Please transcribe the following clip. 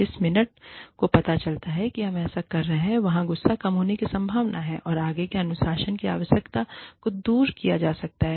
जिस मिनट को पता चलता है कि हम ऐसा कर रहे हैंवहाँ गुस्सा कम होने की संभावना है और आगे के अनुशासन की आवश्यकता को दूर किया जा सकता है